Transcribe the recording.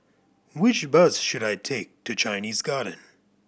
which bus should I take to Chinese Garden